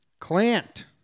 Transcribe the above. Clant